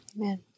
Amen